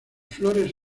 flores